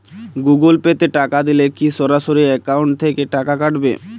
Google Pay তে টাকা দিলে কি সরাসরি অ্যাকাউন্ট থেকে টাকা কাটাবে?